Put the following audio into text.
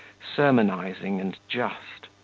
sermonising and just.